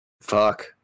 Fuck